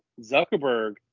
zuckerberg